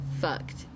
fucked